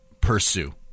pursue